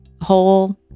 whole